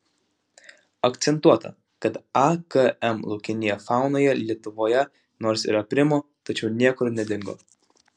akcentuota kad akm laukinėje faunoje lietuvoje nors ir aprimo tačiau niekur nedingo